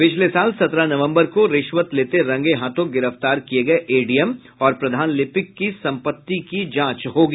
पिछले साल सत्रह नवम्बर को रिश्वत लेते रंगे हाथों गिरफ्तार किये गये एडीएम और प्रधान लिपिक के संपत्ति की जांच होगी